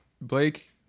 Blake